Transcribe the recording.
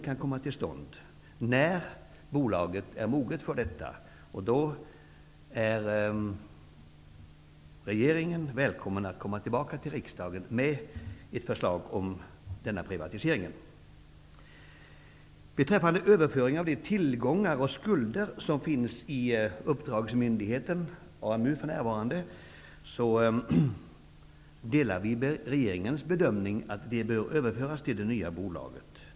Det skulle kunna ske när bolaget är moget för detta, och då är regeringen välkommen tillbaka till utskottet med ett förslag om privatisering. Utskottet gör samma bedömning som regeringen om att de tillgångar och skulder som finns i uppdragsmyndigheten AMU för närvarande bör överföras till det nya bolaget.